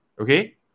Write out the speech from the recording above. okay